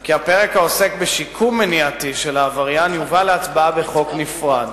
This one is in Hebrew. כי הפרק העוסק בשיקום מניעתי של העבריין יובא להצבעה בחוק נפרד.